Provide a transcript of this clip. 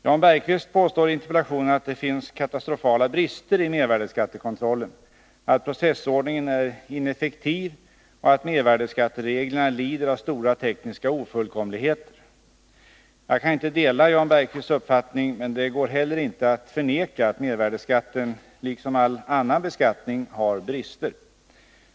Jan Bergqvist påstår i interpellationen att det finns katastrofala brister i mervärdeskattekontrollen, att processordningen är ineffektiv och att mervärdeskattereglerna lider av stora tekniska ofullkomligheter. Jag kan inte dela Jan Bergqvists uppfattning, men det går heller inte att förneka att mervärdeskatten, liksom all annan beskattning, har brister.